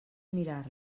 mirar